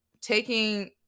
taking